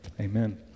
Amen